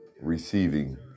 receiving